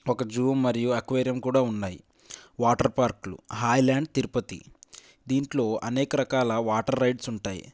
ఒక జూ మరియు అక్వేరియం కూడా ఉన్నాయి వాటర్ పార్క్లు హాయ్ల్యాండ్ తిరుపతి దీంట్లో అనేక రకాల వాటర్ రైడ్స్ ఉంటాయి